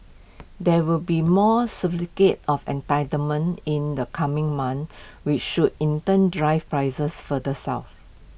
there will be more certificates of entitlement in the coming months which should in turn drive prices further south